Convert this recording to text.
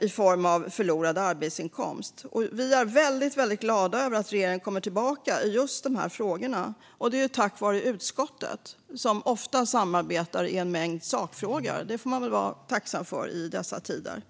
i form av förlorad arbetsinkomst. Vi är väldigt glada över att regeringen kommer tillbaka i just de här frågorna, detta tack vare utskottet som ofta samarbetar i en mängd sakfrågor. Det får man vara tacksam för i dessa tider.